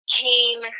came